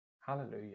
hallelujah